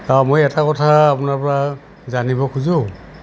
অঁ মই এটা কথা আপোনাৰ পৰা জানিব খোজোঁ